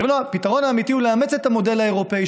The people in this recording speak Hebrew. הפתרון האמיתי הוא לאמץ את המודל האירופי,